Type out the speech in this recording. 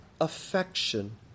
Affection